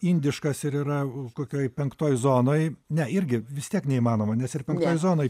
indiškas ir yra kokioj penktoj zonoj ne irgi vis tiek neįmanoma nes ir penktoj zonoj